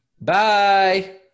bye